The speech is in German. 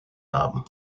haben